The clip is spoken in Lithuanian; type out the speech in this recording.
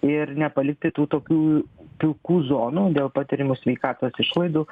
ir nepalikti tų tokių pilkų zonų dėl patiriamų sveikatos išlaidų